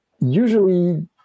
usually